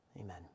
Amen